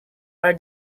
are